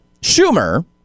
Schumer